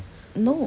no